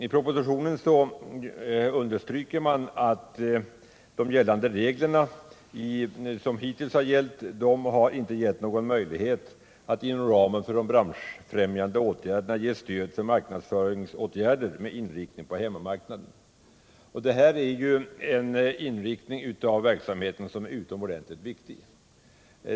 I propositionen understryker departementschefen att de regler som hittills har gällt inte har givit någon möjlighet att inom ramen för de branschfrämjande åtgärderna ge stöd för marknadsföringsåtgärder med inriktning på hemmamarknaden, en verksamhet som ju är utomordentligt viktig.